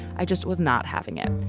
i just was not having it.